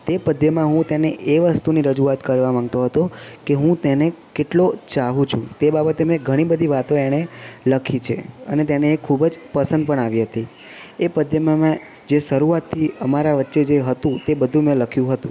તે પદ્યમાં હું તેની એ વસ્તુની રજૂઆત કરવા માંગતો હતો કે હું તેને કેટલો ચાહું છું તે બાબતે મેં ઘણી બધી વાતો એને લખી છે અને તેને એ ખૂબ જ પસંદ પણ આવી હતી એ પદ્યમાં મેં જે શરૂઆતથી અમારા વચ્ચે જે હતું તે બધું મેં લખ્યું હતું